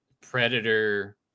Predator